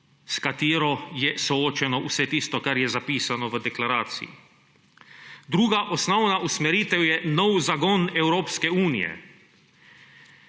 s katero je soočeno vse tisto, kar je zapisano v deklaraciji. Druga osnovna usmeritev je novi zagon Evropske unije,